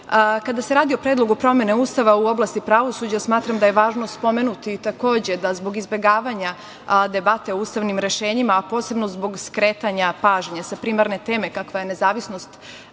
se radi o predlogu promene Ustava u oblasti pravosuđa, smatram da je važno spomenuti takođe da zbog izbegavanja debate o ustavnim rešenjima, a posebno zbog skretanja pažnje sa primarne teme kakva je nezavisnost